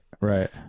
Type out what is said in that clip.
Right